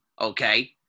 okay